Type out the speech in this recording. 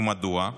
ומדוע?